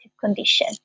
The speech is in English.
condition